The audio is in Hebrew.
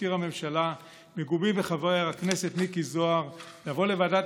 מזכיר הממשלה מגובים בחבר הכנסת מיקי זוהר לבוא לוועדת